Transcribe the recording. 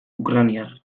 ukrainar